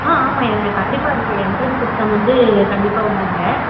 ஆ ஆமாம் ஏ கண்டிப்பாக இருக்கு எண்ட்ரன்ஸ் எக்ஸாம் வந்து கண்டிப்பாக உண்டு இங்கே